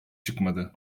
çıkmadı